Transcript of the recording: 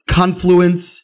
confluence